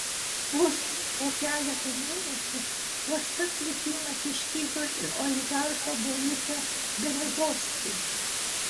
vos po keleto mėnesių tas pats likimas ištiko ir oligarchą borisą berezovskį